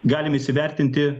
galim įsivertinti